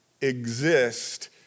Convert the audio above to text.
exist